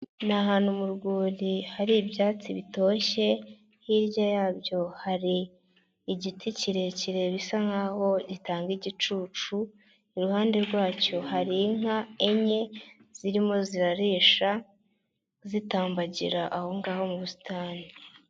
Ni ahantu mu rwuri hari ibyatsi bitoshye, hirya yabyo hari igiti kirekire bisa nk'aho gitanga igicucu, iruhande rwacyo hari inka enye zirimo zirarisha zitambagira aho ngaho mu busitani.